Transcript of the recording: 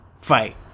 fight